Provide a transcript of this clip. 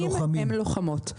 הלוחמים הן לוחמות.